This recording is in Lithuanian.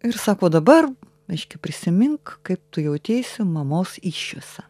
ir sako dabar reiškia prisimink kaip tu jauteisi mamos įsčiose